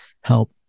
help